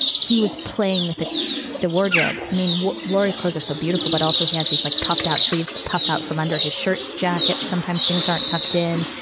he was playing with ah the wardrobe. mean laurie's calls are so beautiful, but also has he's like puffed out sleeves that puff out from under his shirt jacket. sometimes things aren't tucked in.